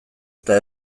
eta